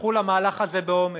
שהצטרפו למהלך הזה באומץ,